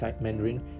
Mandarin